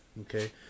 Okay